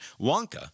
Wonka